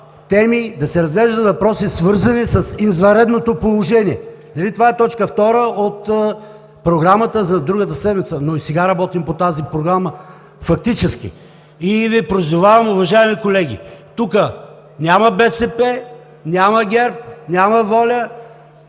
да се разглеждат въпроси, свързани с извънредното положение. Нали това е точка втора от Програмата за другата седмица, но и сега работим по тази програма фактически и Ви призовавам, уважаеми колеги – тук няма БСП, няма ГЕРБ, няма ВОЛЯ,